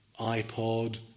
iPod